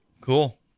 cool